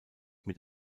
mit